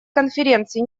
конференции